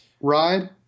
ride